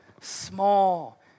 small